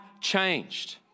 changed